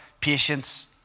Patience